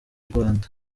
rwanda